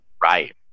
Right